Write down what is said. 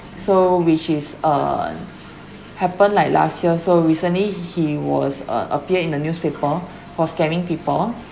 so which is on happen like last year so recently he he was uh appear in the newspaper for scamming people